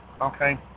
okay